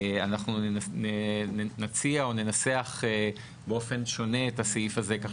אנחנו נציע או ננסח באופן שונה את הסעיף הזה כך